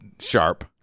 sharp